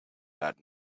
that